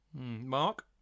Mark